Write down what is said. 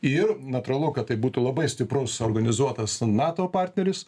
ir natūralu kad tai būtų labai stiprus organizuotas nato partneris